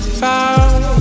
found